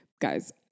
guys